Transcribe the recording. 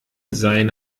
seine